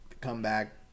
comeback